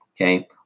Okay